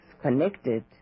connected